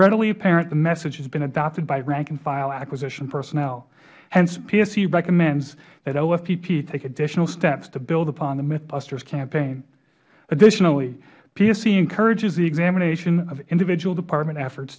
readily apparent the message has been adopted by rank and file acquisition personnel hence psc recommends that ofpp take additional steps to build upon the mythbusters campaign additionally psc encourages the examination of individual department efforts